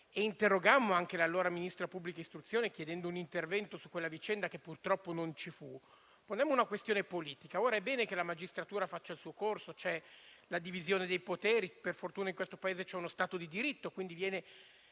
e interrogammo anche l'allora Ministro dell'istruzione, chiedendo un intervento sulla vicenda che purtroppo non fu posta in essere, ponemmo una questione politica. Ora è bene che la magistratura faccia il suo corso; c'è la divisione dei poteri e per fortuna in questo Paese c'è uno stato di diritto e viene